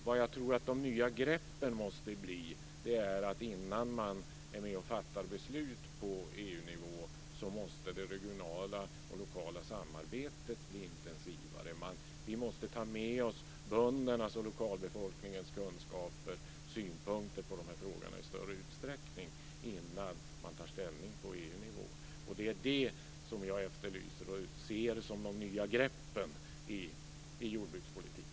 Vad jag tror att de nya greppen måste bli handlar om att innan man är med och fattar beslut på EU-nivå måste det regionala och lokala samarbetet bli intensivare. Vi måste ta med oss böndernas och lokalbefolkningens kunskaper om och synpunkter på de här frågorna i större utsträckning innan man tar ställning på EU-nivå. Det är det som jag efterlyser och ser som de nya greppen i jordbrukspolitiken.